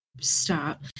Stop